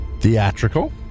theatrical